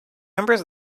members